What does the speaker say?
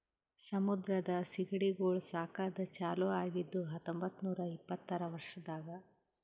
ಸಮುದ್ರದ ಸೀಗಡಿಗೊಳ್ ಸಾಕದ್ ಚಾಲೂ ಆಗಿದ್ದು ಹತೊಂಬತ್ತ ನೂರಾ ಇಪ್ಪತ್ತರ ವರ್ಷದಾಗ್